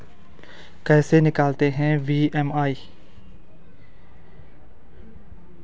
कैसे निकालते हैं बी.एम.आई?